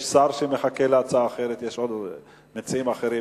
יש שר שמחכה להצעה אחרת, יש עוד מציעים אחרים.